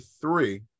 three